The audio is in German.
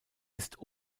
ist